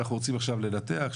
אנחנו רוצים עכשיו לנתח".